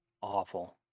Awful